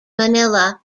manila